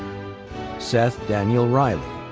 seth daniel riley.